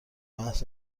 محض